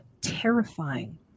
terrifying